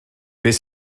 beth